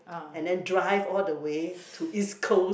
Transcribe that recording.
and then drive all the way to East Coast